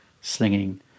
slinging